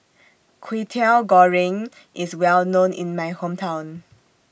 Kwetiau Goreng IS Well known in My Hometown